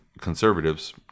conservatives